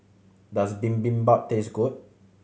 does Bibimbap taste good